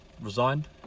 resigned